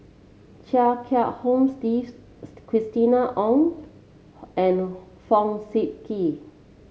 Chia Kiah Hong Steve Christina Ong and Fong Sip Chee